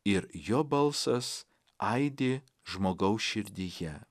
ir jo balsas aidi žmogaus širdyje